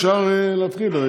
אפשר להתחיל?